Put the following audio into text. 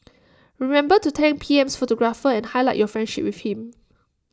remember to thank P M's photographer and highlight your friendship with him